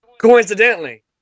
coincidentally